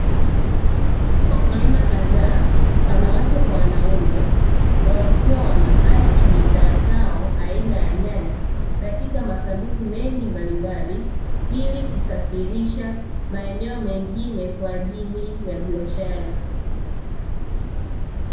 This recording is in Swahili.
Wakulima kadhaa, wanawake kwa wanaume, wakiwa wanapaki bidhaa zao aina ya nyanya katika masanduku mengi mbalimbali ili kusafirisha maeneo mengine kwa ajili ya biashara.